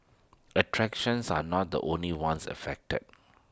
attractions are not the only ones affected